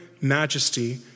majesty